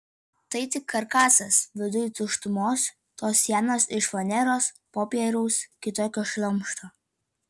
tai tik karkasas viduj tuštumos tos sienos iš faneros popieriaus kitokio šlamšto